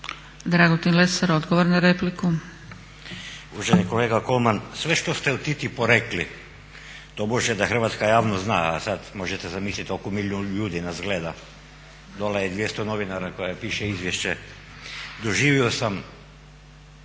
Dragutin Lesar odgovor na repliku.